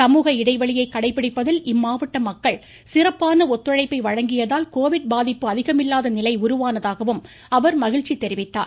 சமூக இடைவெளியை கடைபிடிப்பதில் இம்மாவட்ட மக்கள் சிறப்பான ஒத்துழைப்பை வழங்கியதால் கோவிட் பாதிப்பு அதிகம் இல்லாத நிலை உருவானதாகவும் அவர் மகிழ்ச்சி தெரிவித்தார்